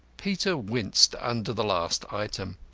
peter winced under the last item.